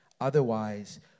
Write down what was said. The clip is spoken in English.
Otherwise